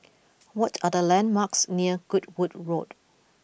what are the landmarks near Goodwood Road